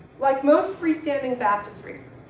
like most freestanding baptisteries,